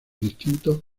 distintos